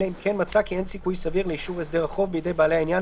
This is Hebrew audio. אלא אם כן מצא כי אין סיכוי סביר לאישור הסדר החוב בידי בעלי העניין